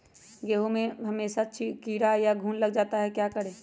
गेंहू में हमेसा कीड़ा या घुन लग जाता है क्या करें?